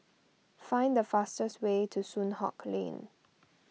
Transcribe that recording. find the fastest way to Soon Hock Lane